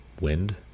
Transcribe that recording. wind